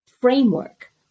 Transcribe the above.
framework